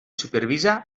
supervisa